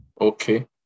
Okay